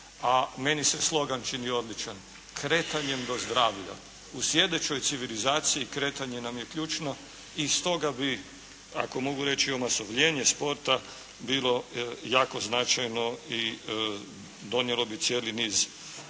a meni se slogan čini odličan: "Kretanjem do zdravlja". U sjedećoj civilizaciji kretanje nam je ključno i stoga bi, ako mogu reći omasovljenje sporta, bilo značajno i donijelo bi cijeli niz